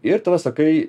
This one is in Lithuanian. ir tada sakai